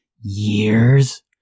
years